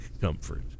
comfort